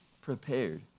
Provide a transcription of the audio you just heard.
prepared